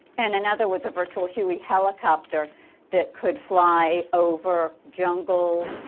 and another was a virtual huey helicopter that could fly over jungles,